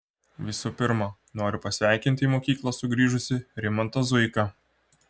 visų pirma noriu pasveikinti į mokyklą sugrįžusį rimantą zuiką